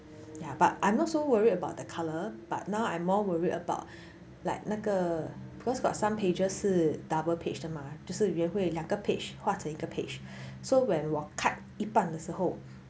ya but I'm not so worried about the colour but now I'm more worried about like 那个 because got some pages 是 double page 的吗就是员会两个 page 换成一个 page so when 我 cut 一半的时候